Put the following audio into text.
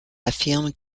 affirme